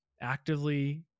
actively